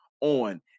on